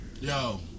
Yo